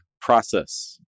process